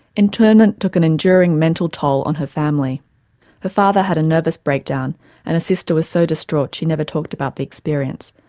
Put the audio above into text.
internment took an enduring mental toll on her family her father had a nervous breakdown and her sister was so distraught she never talked about the experience,